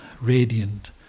radiant